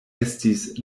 estis